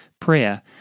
prayer